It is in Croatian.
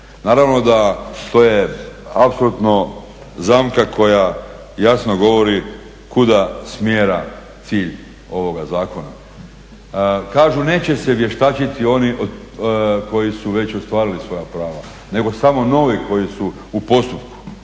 invalidnosti. To je apsolutno zamka koja jasno govori kuda smjera cilj ovoga zakona. Kažu neće se vještačiti oni koji su već ostvarili svoja prava nego samo novi koji su u postupku,